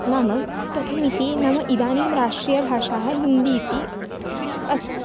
नाम कथमिति नाम इदानीं राष्ट्रीयभाषा हिन्दी इति अस्ति